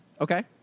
Okay